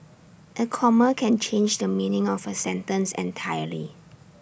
A comma can change the meaning of A sentence entirely